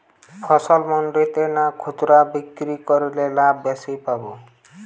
ফসল মন্ডিতে না খুচরা বিক্রি করলে লাভ বেশি পাব?